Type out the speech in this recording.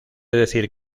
decir